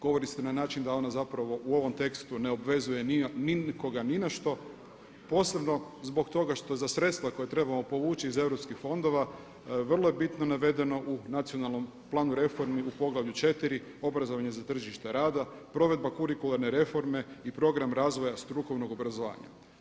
Govori se na način da ona zapravo u ovom tekstu ne obvezuje nikoga ni na što posebno zbog toga što za sredstva koja trebamo povući iz europskih fondova vrlo je bitno navedeno u nacionalnom planu reformi u Poglavlju 4. obrazovanje za tržište rada provedba kurikularne reforme i program razvoja strukovnog obrazovanja.